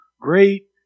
great